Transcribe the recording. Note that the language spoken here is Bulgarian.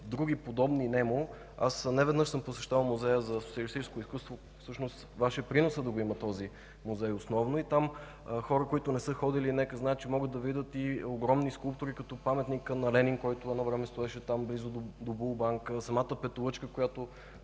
други подобни нему. Неведнъж съм посещавал Музея за социалистическо изкуство – всъщност Ваш е приносът да го има този музей. Хората, които не са ходили, нека да знаят, че там могат да видят огромни скулптури, като паметника на Ленин, който стоеше близо до Булбанк, самата петолъчка, която